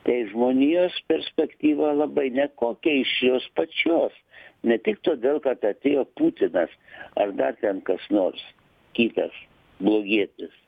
tai žmonijos perspektyva labai nekokia iš jos pačios ne tik todėl kad atėjo putinas ar dar ten kas nors kitas blogietis